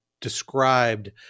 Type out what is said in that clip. described